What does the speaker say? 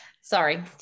sorry